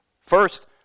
first